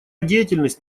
деятельность